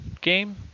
game